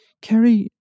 Kerry